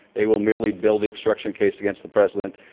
they will merely build the obstruction case against the president.